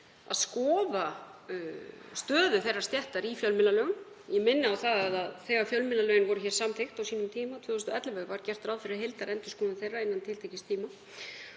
að skoða stöðu þeirrar stéttar í fjölmiðlalögum. Ég minni á það að þegar fjölmiðlalögin voru samþykkt á sínum tíma, 2011, var gert ráð fyrir heildarendurskoðun þeirra innan tiltekins tíma